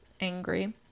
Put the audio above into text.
angry